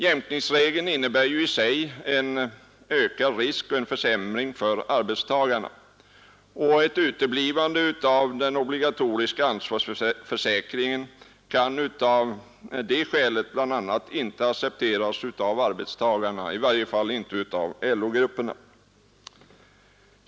Jämkningsregeln innebär i sig en ökad risk för en försämring för arbetstagarna, och ett uteblivande av den obligatoriska ansvarsförsäkringen kan bl.a. av det skälet inte accepteras av arbetstagarna, i varje fall inte av LO-grupperna.